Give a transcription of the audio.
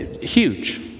Huge